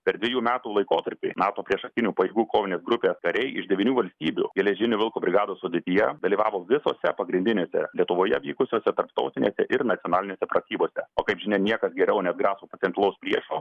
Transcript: per dvejų metų laikotarpį nato priešakinių pajėgų kovinės grupės kariai iš devynių valstybių geležinio vilko brigados sudėtyje dalyvavo visose pagrindinėse lietuvoje vykusiose tarptautinėse ir nacionalinėse pratybose o kaip žinia niekas geriau neatgraso potencialaus priešo